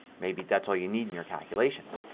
maybe that's all you need in your calculation.